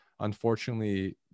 Unfortunately